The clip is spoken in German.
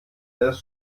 des